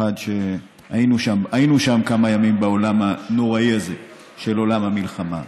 היינו שם כמה ימים בעולם הנוראי הזה, עולם המלחמה.